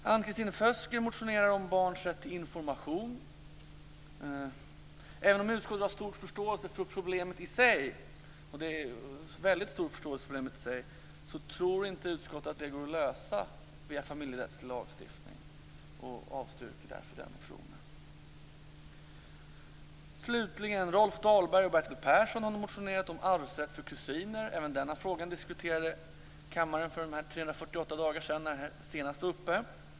Ann-Kristin Føsker motionerar om barns rätt till information. Även om utskottet har mycket stor förståelse för problemet i sig, tror inte utskottet att problemet går att lösa via en familjerättslig lagstiftning. Slutligen har Rolf Dahlberg och Bertil Persson motionerat om arvsrätt för kusiner. Även denna fråga diskuterade kammaren för 348 dagar sedan, då frågan senast togs upp.